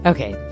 Okay